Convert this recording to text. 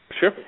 Sure